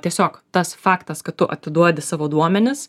tiesiog tas faktas kad tu atiduodi savo duomenis